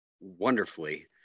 wonderfully